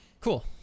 Cool